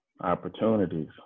Opportunities